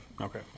Okay